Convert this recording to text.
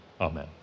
amen